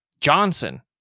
Johnson